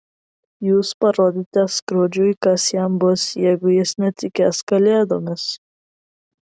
jūs parodote skrudžui kas jam bus jeigu jis netikės kalėdomis